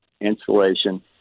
insulation